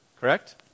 correct